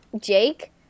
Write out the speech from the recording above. Jake